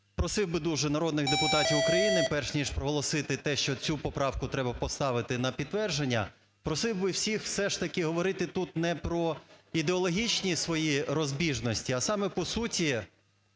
просив би дуже народних депутатів України перш ніж проголосити те, що цю поправку треба поставити на підтвердження, просив би всіх все ж таки говорити тут не про ідеологічні свої розбіжності, а саме по суті